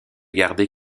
garder